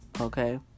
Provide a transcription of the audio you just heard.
Okay